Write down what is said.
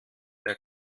der